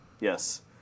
yes